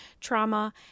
trauma